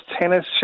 tennis